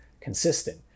consistent